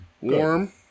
warm